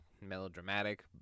melodramatic